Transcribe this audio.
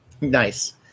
Nice